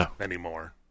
anymore